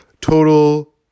total